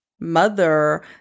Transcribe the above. mother